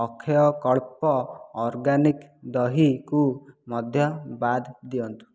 ଅକ୍ଷୟ Kalpa organic ଦହିକୁ ମଧ୍ୟ ବାଦ୍ ଦିଅନ୍ତୁ